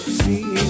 see